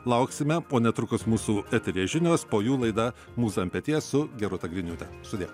lauksime o netrukus mūsų eteryje žinios po jų laida mūza ant peties su gerūta griniūte sudie